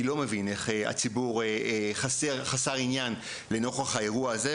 אני לא מבין איך הציבור חסר עניין לנוכח האירוע הזה,